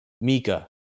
Mika